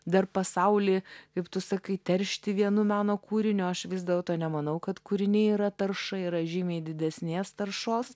dar pasaulį kaip tu sakai teršti vienu meno kūriniu aš vis dėlto nemanau kad kūriniai yra tarša yra žymiai didesnės taršos